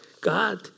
God